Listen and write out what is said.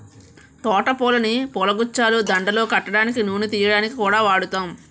తోట పూలని పూలగుచ్చాలు, దండలు కట్టడానికి, నూనె తియ్యడానికి కూడా వాడుతాం